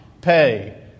pay